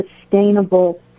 sustainable